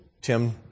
Tim